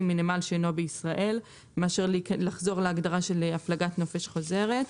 מנמל שאינו בישראל" מאשר לחזור להגדרה של הפלגת נופש חוזרת.